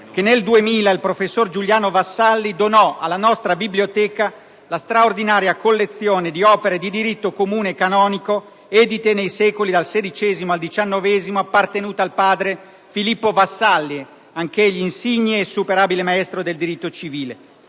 che nel 2000 il professor Giuliano Vassalli donò alla nostra biblioteca la straordinaria collezione di opere di diritto comune e canonico edite nei secoli dal XVI al XIX appartenute al padre, Filippo Vassalli, anch'egli insigne e insuperabile maestro del diritto, in